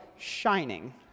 shining